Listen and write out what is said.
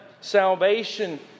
salvation